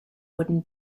wooden